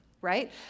right